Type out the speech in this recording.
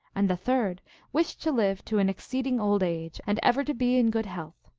and the third wished to live to an exceeding old age, and ever to be in good leitlth.